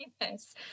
Yes